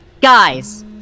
Guys